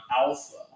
alpha